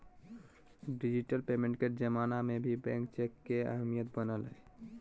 digital payment के जमाना में भी बैंक चेक के अहमियत बनल हइ